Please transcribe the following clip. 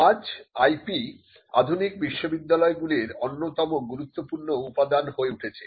আজ IP আধুনিক বিশ্ববিদ্যালয়গুলির অন্যতম গুরুত্বপূর্ণ উপাদান হয়ে উঠেছে